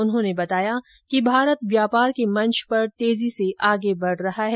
उन्होंने बताया कि भारत व्यापार के मंच पर तेजी से आगे बढ रहा है